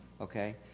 Okay